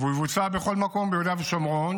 והוא יבוצע בכל מקום ביהודה ושומרון